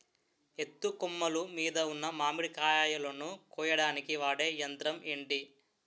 ఎత్తు కొమ్మలు మీద ఉన్న మామిడికాయలును కోయడానికి వాడే యంత్రం ఎంటి?